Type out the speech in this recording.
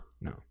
no